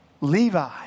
Levi